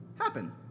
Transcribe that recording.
happen